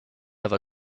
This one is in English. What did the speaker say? other